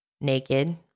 naked